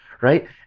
right